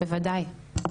בוודאי.